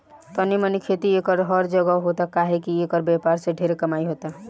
तनी मनी खेती एकर हर जगह होता काहे की एकर व्यापार से ढेरे कमाई होता